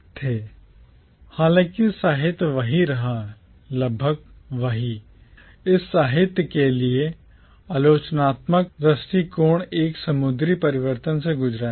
हालाँकि हालांकि साहित्य वही रहा लगभग वही इस साहित्य के लिए आलोचनात्मक दृष्टिकोण एक समुद्री परिवर्तन से गुजरा